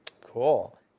Cool